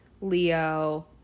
Leo